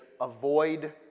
avoid